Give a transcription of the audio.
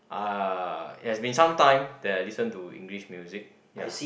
uh it has been some time that I listen to English music ya